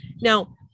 now